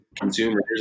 consumers